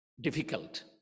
difficult